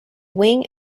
wing